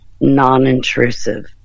non-intrusive